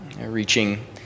reaching